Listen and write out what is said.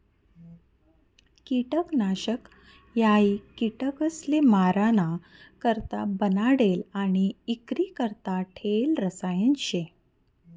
किटकनाशक हायी किटकसले माराणा करता बनाडेल आणि इक्रीकरता ठेयेल रसायन शे